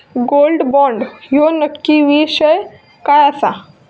Gold bond ह्यो नक्की विषय काय आसा?